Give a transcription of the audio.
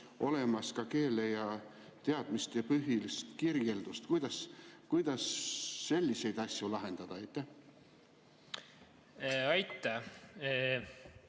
olemas ka keele‑ ja teadmistepõhist kirjeldust. Kuidas selliseid asju lahendada? Aitäh!